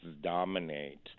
dominate